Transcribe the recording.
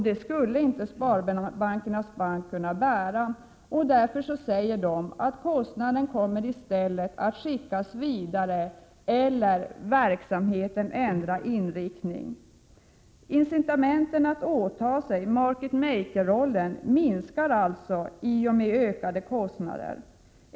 Det skulle banken inte kunna bära. Kostnaden kommer i stället att skickas vidare, eller verksamheten kommer att ändra inriktning. Incitamenten att åta sig market maker-rollen minskar alltså i och med ökade kostnader.